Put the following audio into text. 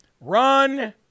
Run